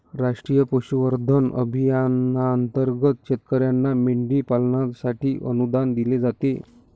राष्ट्रीय पशुसंवर्धन अभियानांतर्गत शेतकर्यांना मेंढी पालनासाठी अनुदान दिले जाते